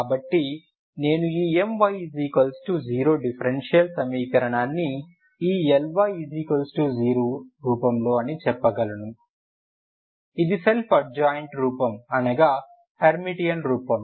కాబట్టి నేను ఈ My 0 డిఫరెన్షియల్ సమీకరణాన్ని ఈ Ly 0 రూపంలో అని చెప్పగలను ఇది సెల్ఫ్ అడ్జాయింట్ రూపం అనగా హెర్మిటియన్ రూపం